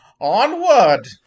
onward